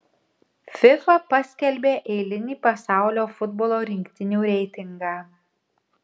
fifa paskelbė eilinį pasaulio futbolo rinktinių reitingą